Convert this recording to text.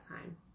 time